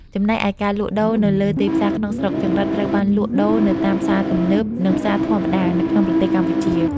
ចំណែកឯការលក់ដូរនៅលើទីផ្សារក្នុងស្រុកចង្រិតត្រូវបានលក់ដូរនៅតាម ផ្សារទំនើប និងផ្សារធម្មតា នៅក្នុងប្រទេសកម្ពុជា។